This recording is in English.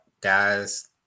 guys